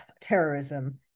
terrorism